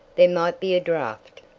there might be a draught.